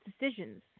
decisions